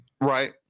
right